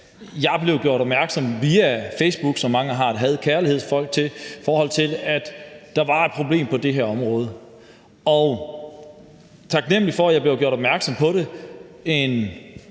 Jeg blev via Facebook, som mange har et had-kærligheds-forhold til, gjort opmærksom på, at der var et problem på det her område. Og taknemlig for, at jeg blev gjort opmærksom på det